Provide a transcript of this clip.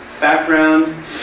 background